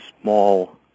small